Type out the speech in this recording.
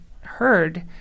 heard